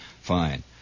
fine